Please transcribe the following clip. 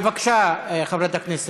בבקשה, חברת הכנסת.